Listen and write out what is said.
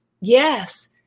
Yes